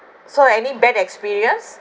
so any bad experience